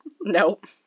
Nope